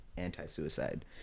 anti-suicide